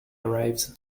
arrives